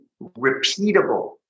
repeatable